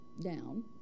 down